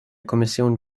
kommission